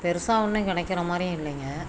பெருசாக ஒன்றும் கிடைக்கிற மாதிரி இல்லைங்க